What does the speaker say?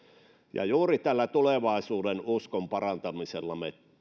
ja juuri tällä tulevaisuudenuskon parantamisella me